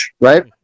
Right